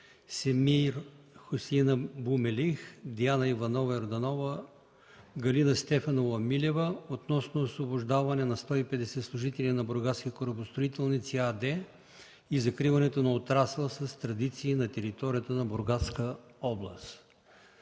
Семир Хусеин Абу Мелих, Диана Иванова Йорданова, Галина Стефанова Милева относно освобождаване на 150 служители на „Бургаски корабостроителници” АД и закриването на отрасъл с традиции на територията на Бургаска област.